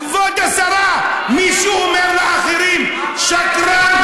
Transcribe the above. כבוד השרה, מי שאומר לאחרים שקרן,